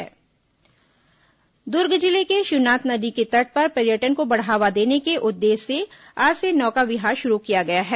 शिवनाथ नदी नौका विहार दुर्ग जिले के शिवनाथ नदी के तट पर पर्यटन को बढ़ावा देने के उद्देश्य से आज से नौका विहार शुरू किया गया है